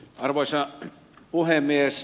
arvoisa puhemies